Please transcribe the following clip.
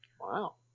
Wow